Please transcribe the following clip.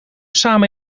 samen